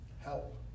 Help